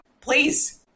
please